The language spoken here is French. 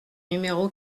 numéro